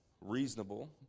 reasonable